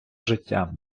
життя